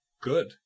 Good